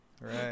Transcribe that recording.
Right